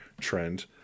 trend